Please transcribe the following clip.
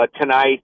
tonight